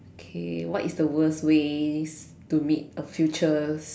okay what is the worst ways to meet a future